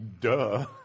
Duh